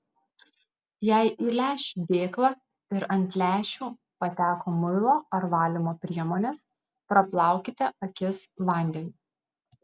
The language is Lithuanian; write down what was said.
jei į lęšių dėklą ir ant lęšių pateko muilo ar valymo priemonės praplaukite akis vandeniu